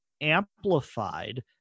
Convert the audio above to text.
amplified